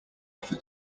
offer